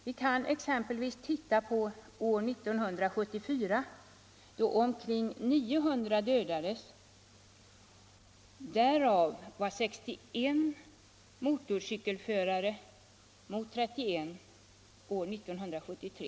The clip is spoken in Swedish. Vi kan exempelvis titta på år 1974, då omkring 900 dödades. Av dem var 61 motorcykelförare mot 31 år 1973.